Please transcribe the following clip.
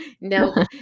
no